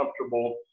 comfortable